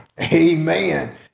Amen